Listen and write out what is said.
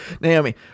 Naomi